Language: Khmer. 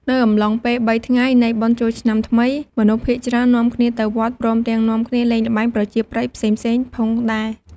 នៅអំឡុងពេល៣ថ្ងៃនៃបុណ្យចូលឆ្នាំថ្មី មនុស្សភាគច្រើននាំគ្នាទៅវត្ត ព្រមទាំងនាំគ្នាលេងល្បែងប្រជាប្រិយផ្សេងៗផងដែរ ។